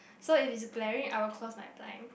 so if it's glaring I will close my blind